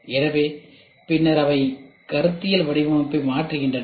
எனவே பின்னர் அவை கருத்தியல் வடிவமைப்பை மாற்றுகின்றன